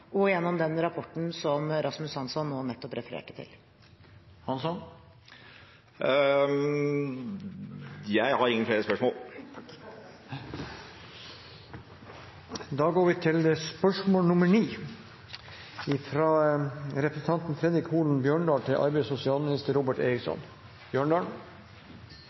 og gjennom den rapporten som Rasmus Hansson nå nettopp refererte til. Jeg har ingen flere spørsmål. Da går vi til spørsmål